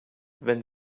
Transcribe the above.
wenn